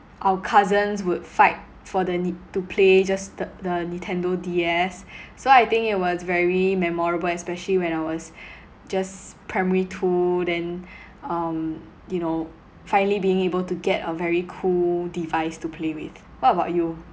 our cousins would fight for the ni~ to play just th~ the nintendo D_S so I think it was very memorable especially when I was just primary two then um you know finally being able to get a very cool device to play with what about you